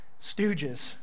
stooges